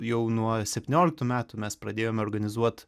jau nuo septynioliktų metų mes pradėjome organizuot